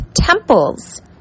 temples